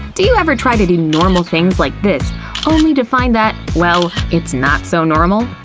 do you ever try to do normal things like this only to find that well, it's not so normal?